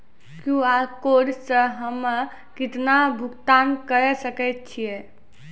QR code से हम्मय केतना भुगतान करे सके छियै?